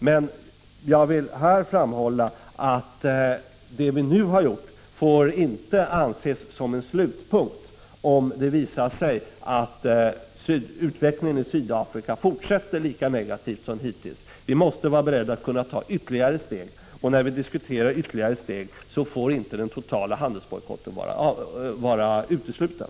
Men jag vill här framhålla att det vi nu gjort inte får anses som en slutpunkt, om det visar sig att utvecklingen i Sydafrika fortsätter att vara lika negativ som hittills. Vi måste vara beredda att kunna ta ytterligare steg, och när vi diskuterar ytterligare steg får inte den totala handelsbojkotten vara utesluten.